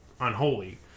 unholy